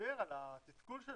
שדיבר על התסכול שלו,